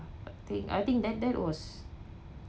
I think I think that that was